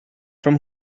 from